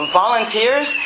volunteers